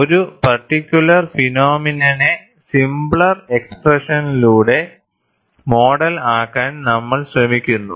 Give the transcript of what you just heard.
ഒരു പർട്ടിക്യുലർ ഫിനോമിനനെ സിംപ്ലർ എക്സ്പ്രഷനിലൂടെ മോഡൽ ആക്കാൻ നമ്മൾ ശ്രമിക്കുന്നു